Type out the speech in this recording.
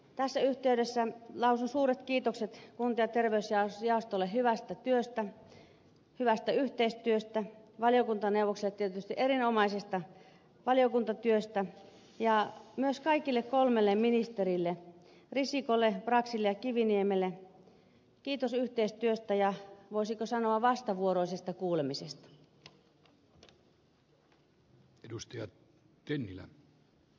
tässä yhteydessä lausun suuret kiitokset kunta ja terveysjaostolle hyvästä yhteistyöstä valiokuntaneuvokselle tietysti erinomaisesta valiokuntatyöstä ja myös kaikille kolmelle ministerille risikolle braxille ja kiviniemelle yhteistyöstä ja voisiko sanoa vastavuoroisista kuulemisista